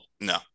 no